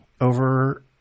over